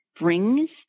brings